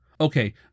Okay